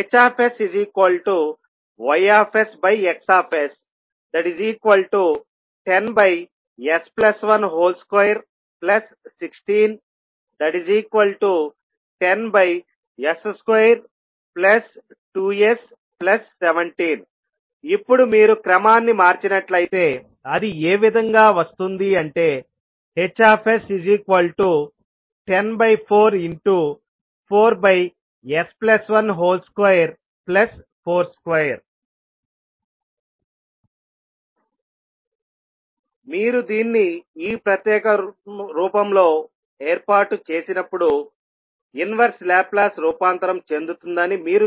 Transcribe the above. HsYX10s121610s22s17 ఇప్పుడు మీరు క్రమాన్ని మార్చినట్లయితే అది ఏ విధంగా వస్తుంది అంటే Hs1044s1242 మీరు దీన్ని ఈ ప్రత్యేక రూపంలో ఏర్పాటు చేసినప్పుడు ఇన్వెర్సె లాప్లాస్ రూపాంతరం చెందుతుందని మీరు చెప్పగలరు